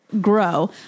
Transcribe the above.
grow